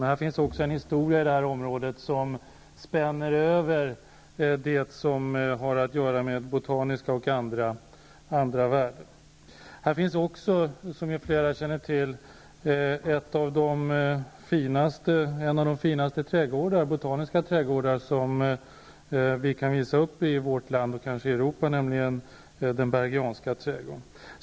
Det finns också en historia i det här området som har att göra med botaniska och andra värden. Här finns även, som ju flera känner till, en av de finaste botaniska trädgårdar som vi kan visa upp i vårt land -- och kanske i Europa -- nämligen Bergianska trädgården.